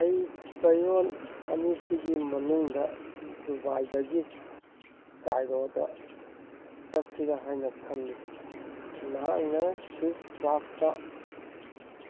ꯑꯩ ꯆꯌꯣꯜ ꯑꯅꯤꯁꯤꯒꯤ ꯃꯅꯨꯡꯗ ꯗꯨꯕꯥꯏꯗꯒꯤ ꯀꯥꯏꯔꯣꯗ ꯆꯠꯁꯤꯔꯥ ꯍꯥꯏꯅ ꯈꯜꯂꯤ ꯅꯍꯥꯛꯅ ꯁ꯭ꯋꯤꯁ ꯀ꯭ꯂꯥꯁꯇ